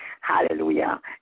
hallelujah